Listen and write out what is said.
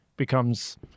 becomes